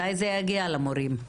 מתי זה יגיע למורים?